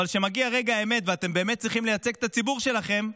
אבל כשמגיע רגע האמת ואתם באמת צריכים לייצג את הציבור שלכם,